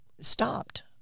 stopped